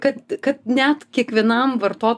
kad kad net kiekvienam varto